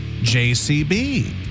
JCB